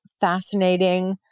fascinating